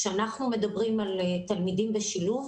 כאשר אנחנו מדברים על תלמידים בשילוב,